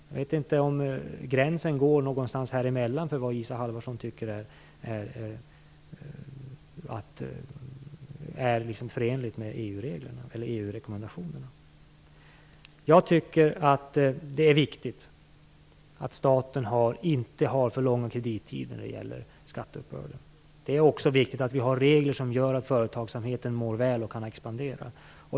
Jag vet inte om gränsen går någonstans här emellan för vad Isa Halvarsson tycker är förenligt med EU Det är viktigt att staten inte har för lång kredittid när det gäller skatteuppbörden. Det är också viktigt att vi har regler som gör att företagsamheten mår väl och kan expandera.